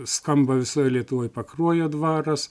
skamba visoj lietuvoj pakruojo dvaras